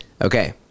Okay